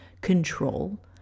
Control